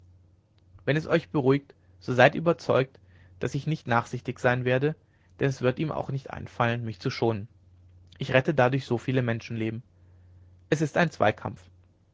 wenn es euch beruhigt so seid überzeugt daß ich nicht nachsichtig sein werde denn es wird ihm auch nicht einfallen mich zu schonen ich rette dadurch so viele menschenleben es ist ein zweikampf